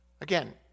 Again